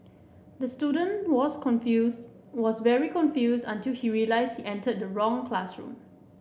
the student was confused was very confused until he realised he entered the wrong classroom